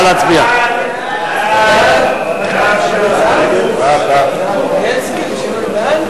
ההצעה להעביר את